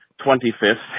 25th